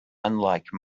unlike